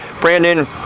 Brandon